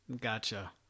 Gotcha